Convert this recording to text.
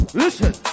listen